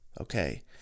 Okay